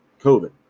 COVID